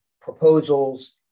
proposals